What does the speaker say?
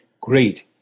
great